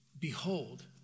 behold